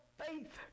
faith